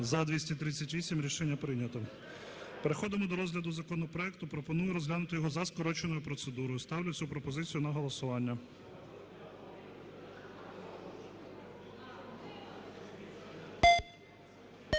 За-238 Рішення прийнято. Переходимо до розгляду законопроекту. Пропоную розглянути його за скороченою процедурою. Ставлю цю пропозицію на голосування.